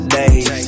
days